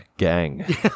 Gang